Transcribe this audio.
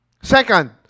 Second